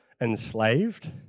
enslaved